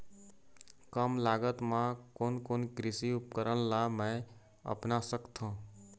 कम लागत मा कोन कोन कृषि उपकरण ला मैं अपना सकथो?